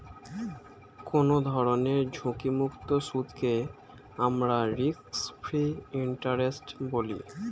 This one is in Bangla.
কোনো ধরনের ঝুঁকিমুক্ত সুদকে আমরা রিস্ক ফ্রি ইন্টারেস্ট বলি